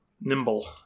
Nimble